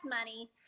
money